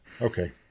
Okay